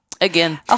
Again